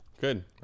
good